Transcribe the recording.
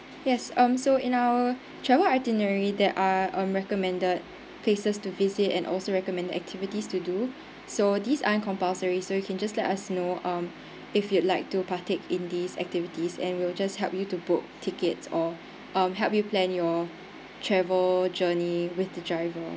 yes um so in our travel itinerary that are on recommended places to visit and also recommend activities to do so these aren't compulsory so you can just let us know um if you'd like to partake in these activities and we'll just help you to book tickets or um help you plan your travel journey with the driver